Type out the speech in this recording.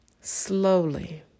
slowly